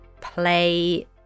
play